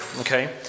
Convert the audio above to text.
okay